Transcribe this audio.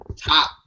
top